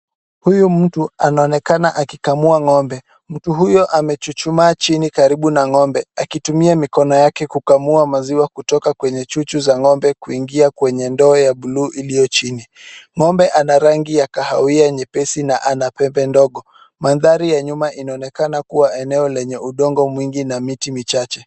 Huyu mtu anaonekana akikamua ng'ombe. Mtu huyo amechuchumaa chini karibu na ng'ombe, akitumia mikono yake kukamua maziwa kutoka kwenye chuchu za ng'ombe kuingia kwenye ndoa ya buluu iliyo chini.Ng'ombe ana rangi ya kahawia nyepesi na anapembe ndogo. Mandhari ya nyuma inaonekana kuwa eneo lenye udongo mwingi na miti michache.